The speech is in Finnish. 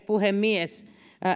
puhemies